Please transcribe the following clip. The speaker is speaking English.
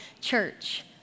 church